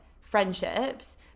friendships